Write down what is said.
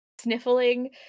sniffling